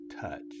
touch